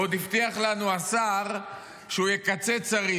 ועוד הבטיח לנו השר שהוא יקצץ שרים.